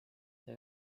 see